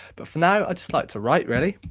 but for now i just like to write really.